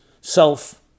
self